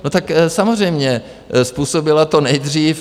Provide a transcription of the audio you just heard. No tak samozřejmě, způsobila to nejdřív...